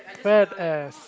quiet as